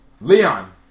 Leon